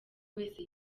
wese